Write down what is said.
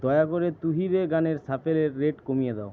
দয়া করে তু হি রে গানের শাফেলের রেট কমিয়ে দাও